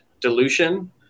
dilution